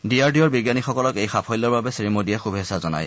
D R D O বিজ্ঞানীসকলক এই সাফল্যৰ বাবে শ্ৰীমোদীয়ে শুভেচ্ছা জনায়